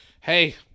Hey